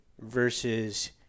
versus